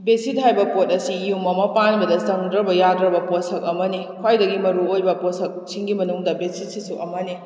bedsheet ꯍꯥꯏꯕ ꯄꯣꯠ ꯑꯁꯤ ꯌꯨꯝ ꯑꯃ ꯄꯥꯟꯕꯗ ꯆꯪꯗ꯭ꯔꯕ ꯌꯥꯗ꯭ꯔꯕ ꯄꯣꯠꯁꯛ ꯑꯃꯅꯤ ꯈ꯭ꯋꯥꯏꯗꯒꯤ ꯃꯔꯨ ꯑꯣꯏꯕ ꯄꯣꯠꯁꯛꯁꯤꯡꯒꯤ ꯃꯅꯨꯡꯗ ꯕꯦꯠꯁꯤꯠꯁꯤꯁꯨ ꯑꯃꯅꯤ